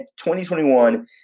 2021